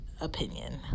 opinion